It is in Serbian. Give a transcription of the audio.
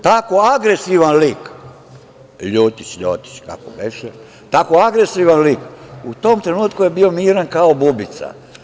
Tako agresivan lik, ljutić, ljotić, kako beše, tako agresivan lik u tom trenutku je bio miran kao bubica.